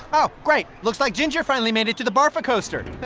ah great. looks like ginger finally made it to the barf-a-coaster.